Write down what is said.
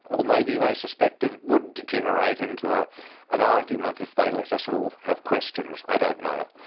or maybe they suspected it would degenerate into ah an argument if they let us all have questions. i don't know.